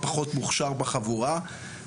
הקבוצות הפכו להיות חברות בילוש.